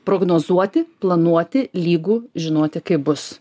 prognozuoti planuoti lygu žinoti kaip bus